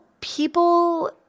people